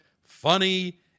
funny